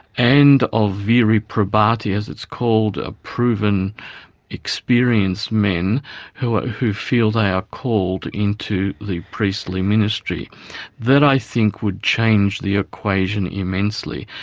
and of viri probati as it's called ah proven experienced men who who feel they are called into the priestly ministry ministry that i think would change the equation immensely.